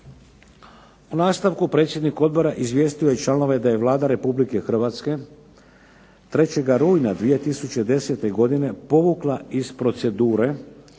U nastavku predsjednik odbora izvijestio je članove da je Vlada Republike Hrvatske 3. rujna 2010. godine povukla iz procedure